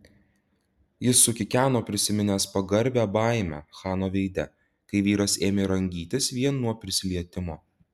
jis sukikeno prisiminęs pagarbią baimę chano veide kai vyras ėmė rangytis vien nuo prisilietimo